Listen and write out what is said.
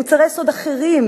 מוצרי יסוד אחרים,